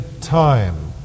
time